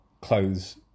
clothes